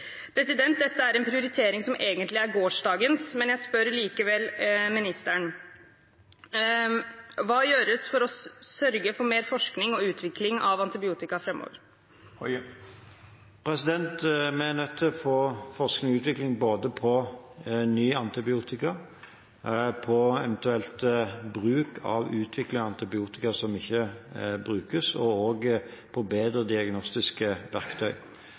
Dette er en prioritering som egentlig er gårsdagens, men jeg spør likevel ministeren: Hva gjøres for å sørge for mer forskning på og utvikling av antibiotika framover? Vi er nødt til å få forskning og utvikling både på ny antibiotika, på eventuell bruk av utviklet antibiotika som ikke brukes, og også på bedre diagnostiske verktøy.